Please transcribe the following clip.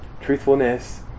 truthfulness